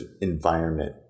environment